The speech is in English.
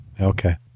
Okay